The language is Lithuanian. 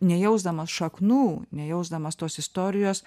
nejausdamas šaknų nejausdamas tos istorijos